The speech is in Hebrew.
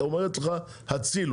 אומרת לך הצילו.